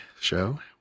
show